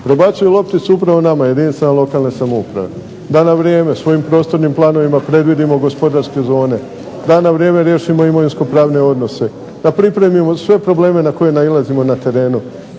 prebacuju lopticu upravo nama jedinicama lokalne samouprave da na vrijeme svojim prostornim planovima predvidimo gospodarske zone, da na vrijeme riješimo imovinsko-pravne odnose, da pripremimo sve probleme na koje nailazimo na terenu